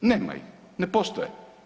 Nema ih, ne postoje.